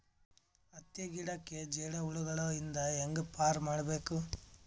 ಹತ್ತಿ ಗಿಡಕ್ಕೆ ಜೇಡ ಹುಳಗಳು ಇಂದ ಹ್ಯಾಂಗ್ ಪಾರ್ ಮಾಡಬೇಕು?